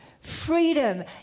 freedom